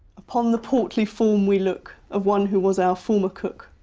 upon the portly form we look of one who was our former cook,